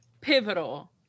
pivotal